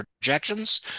projections